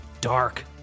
dark